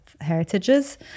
heritages